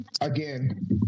Again